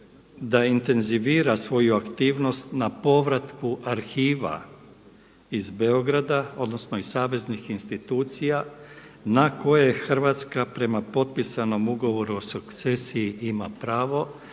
sa intenzivira svoju aktivnost na povratku arhiva iz Beograda odnosno iz saveznih institucija na koje je Hrvatska prema potpisanom ugovoru o sukcesiji ima pravo,